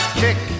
kick